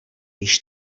již